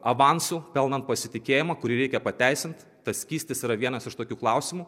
avansu pelnant pasitikėjimą kurį reikia pateisint tas skystis yra vienas iš tokių klausimų